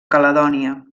caledònia